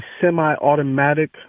semi-automatic